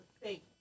fake